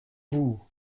vous